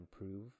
improve